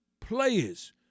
players